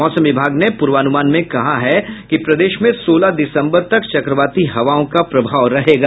मौसम विभाग ने पूर्वानूमान में कहा है कि प्रदेश में सोलह दिसंबर तक चक्रवाती हवाओं का प्रभाव रहेगा